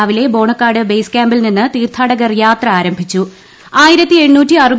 രാവിലെ ബോണക്കാട് ബേസ് ക്യാമ്പിൽ നിന്ന് തീർത്ഥാടകർ യാത്ര ആരംഭിച്ചു